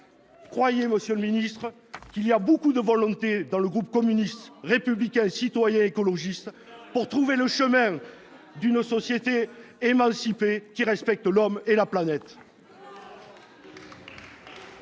Croyez-le, monsieur le ministre d'État, il y a beaucoup de volonté au sein du groupe communiste républicain citoyen et écologiste pour trouver le chemin d'une société émancipée qui respecte l'homme et la planète